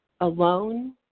alone